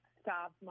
stop